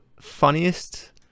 funniest